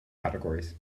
categories